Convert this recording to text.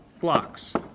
blocks